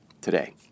today